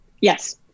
Yes